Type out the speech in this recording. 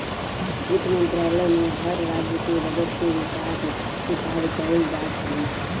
वित्त मंत्रालय में हर राज्य के बजट के हिसाब किताब कइल जात हवे